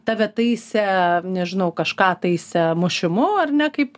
tave taisė nežinau kažką taisė mušimu ar ne kaip